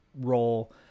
role